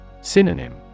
Synonym